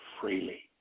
freely